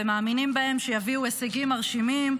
ומאמינים בהם שיביאו הישגים מרשימים,